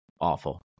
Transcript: awful